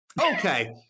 Okay